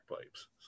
pipes